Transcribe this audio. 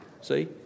See